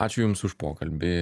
ačiū jums už pokalbį